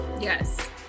Yes